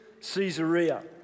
Caesarea